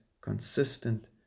consistent